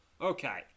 Okay